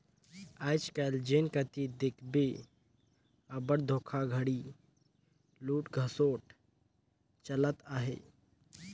आएज काएल जेन कती देखबे अब्बड़ धोखाघड़ी, लूट खसोट चलत अहे